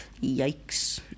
yikes